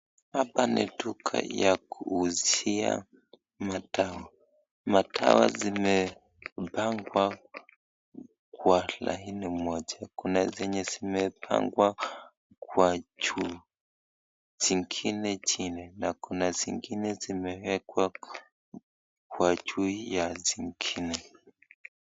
Hapa ni duka ya kuuzia madawa. Madawa zimepangwa kwa laini moja. Kuna zenye zimepangwa kwa juu zingine chini na kuna zingine zimewekwa kwa juu ya zingine.